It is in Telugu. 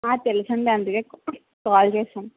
ఆ తెలుసు అండి అందుకే కా కాల్ చేసాను